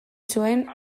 zuen